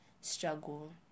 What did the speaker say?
struggle